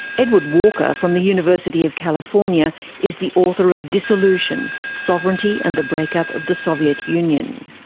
edward walker from the university of california is the author of dissolution sovereignty and the breakup of the soviet union.